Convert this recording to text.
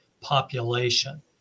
population